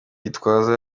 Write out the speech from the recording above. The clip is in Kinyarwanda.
gitwaza